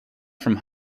from